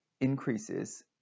increases